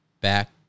back